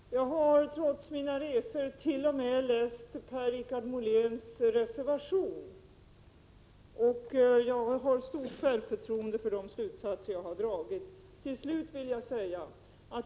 Herr talman! Jag har, trots mina resor, läst t.o.m. Per-Richard Moléns reservation. Jag har också stort självförtroende när det gäller de slutsatser som jag har dragit.